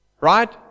right